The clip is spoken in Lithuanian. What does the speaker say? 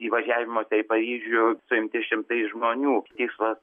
įvažiavimuose į paryžių suimti šimtai žmonių tikslas